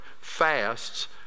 fasts